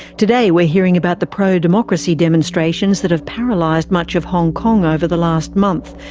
today we're hearing about the pro-democracy demonstrations that have paralysed much of hong kong over the last month,